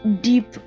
deep